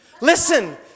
Listen